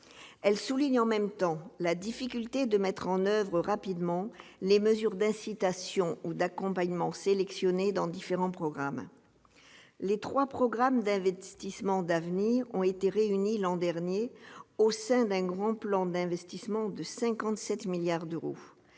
Elle souligne en même temps la difficulté de mettre en oeuvre rapidement les mesures d'incitation ou d'accompagnement choisies dans différents programmes. Les trois programmes d'investissements d'avenir ont été réunis l'an dernier au sein d'un Grand Plan d'investissement de 57 milliards d'euros.